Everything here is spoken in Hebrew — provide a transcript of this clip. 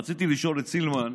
רציתי לשאול את סילמן,